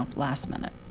um last minute?